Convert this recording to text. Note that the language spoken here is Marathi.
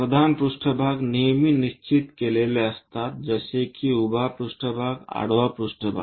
प्रधान पृष्ठभाग नेहमी निश्चित केलेले असतात जसे कि उभा पृष्ठभाग आडवा पृष्ठभाग